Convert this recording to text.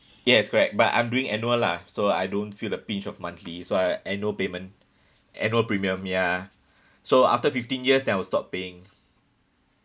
yes correct but I'm doing annual lah so I don't feel the pinch of monthly so I annual payment annual premium ya so after fifteen years then I will stop paying